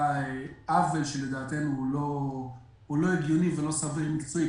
עוול שלדעתנו הוא לא הגיוני ולא סביר מקצועית,